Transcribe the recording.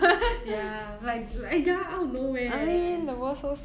ya like like ya out of nowhere eh